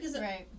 right